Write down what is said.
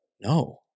No